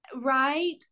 right